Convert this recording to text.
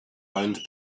round